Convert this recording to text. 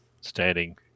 standing